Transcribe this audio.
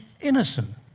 innocent